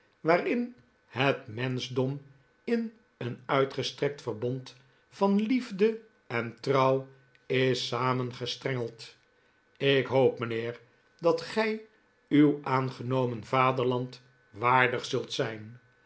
waarin het menschdom in een uitgestrekt verbond van liefde en trouw is samengestrengeld ik hoop mijnheer dat gij uw aangenomen vaderland waardig zult'zijn